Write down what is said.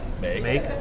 Make